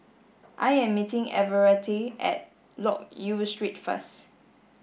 I am meeting Everette at Loke Yew Street first